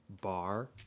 bar